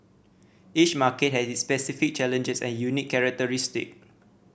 each market has its specific challenges and unique characteristic